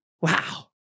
Wow